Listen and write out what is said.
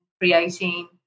creating